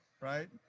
right